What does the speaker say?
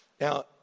Now